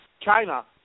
China